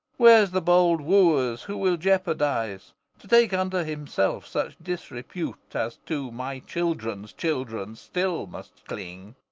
where's the bold wooers who will jeopardize to take unto himself such disrepute as to my children's children still must cling,